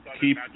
keep